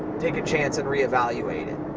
take a chance and reevaluate it,